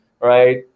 Right